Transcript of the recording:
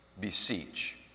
beseech